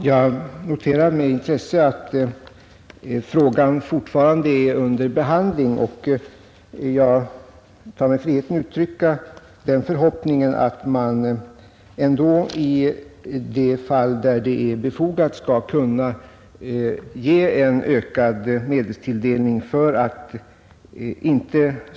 Jag noterar att denna fråga om medelstilldelning för beredskapsarbeten alltjämt är under behandling och tar mig friheten uttrycka förhoppningen att ökade resurser skall kunna ställas till förfogande.